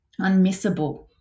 unmissable